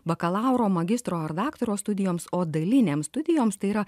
bakalauro magistro ar daktaro studijoms o dalinėms studijoms tai yra